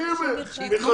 50 מכרזים.